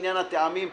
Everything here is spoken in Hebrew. עניין הטעמים.